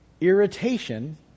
irritation